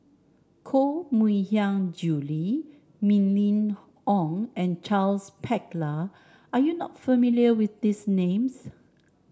Koh Mui Hiang Julie Mylene Ong and Charles Paglar are you not familiar with these names